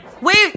Wait